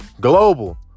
global